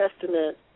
Testament